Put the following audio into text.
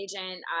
agent